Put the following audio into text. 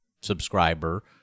subscriber